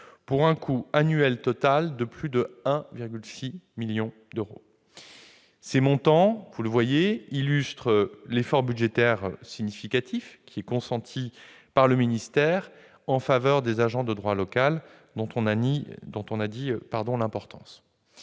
pour un coût annuel total de plus de 1,6 million d'euros. Ces montants illustrent l'effort budgétaire significatif consenti par le ministère en faveur des agents de droit local dont l'importance